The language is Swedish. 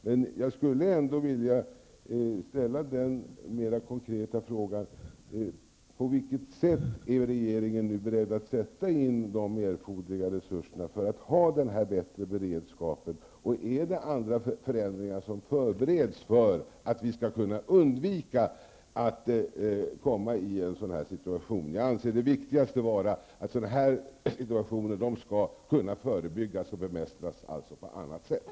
Men jag skulle ändå vilja ställa den mer konkreta frågan: På vilket sätt är regeringen nu beredd att sätta in erforderliga resurser för att ha en bättre beredskap här, och är det några andra förändringar som förereds för att vi skall kunna undvika att vi hamnar i nämnda situation? Jag anser att det viktigaste är att sådana här situationer kan förebyggas och bemästras på annat sätt.